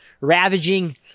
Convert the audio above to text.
ravaging